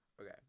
Okay